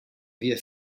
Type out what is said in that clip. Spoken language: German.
wir